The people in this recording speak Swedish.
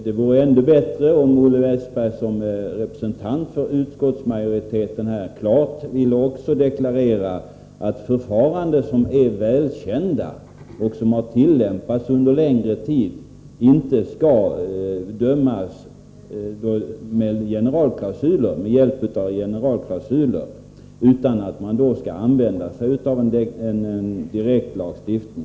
Det vore ännu bättre om han som representant för utskottsmajoriteten klart deklarerade att man inte skall döma med hjälp av generalklausuler när det gäller förfaranden som är välkända och som tillämpats under längre tid, utan att man då skall använda sig av direktlagstiftning.